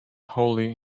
holy